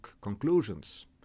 conclusions